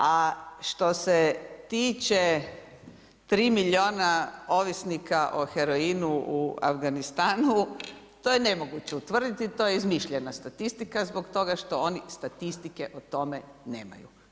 A što se tiče 3 milijuna ovisnika o heroinu u Afganistanu, to je nemoguće utvrditi, to je izmišljena statistika zbog toga što oni o tome nemaju.